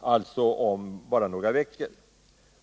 alltså om bara några veckor.